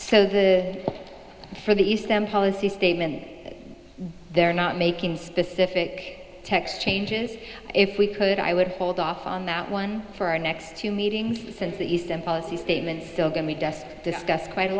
so the for the east them policy statement they're not making specific text changes if we could i would hold off on that one for our next two meetings since the east and policy statements still going we just discussed quite a